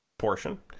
portion